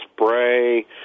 spray